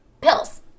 pills